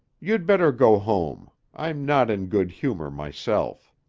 you'd better go home. i'm not in good humor myself.